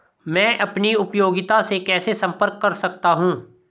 मैं अपनी उपयोगिता से कैसे संपर्क कर सकता हूँ?